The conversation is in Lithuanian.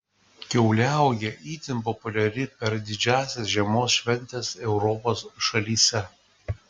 kiauliauogė itin populiari per didžiąsias žiemos šventes europos šalyse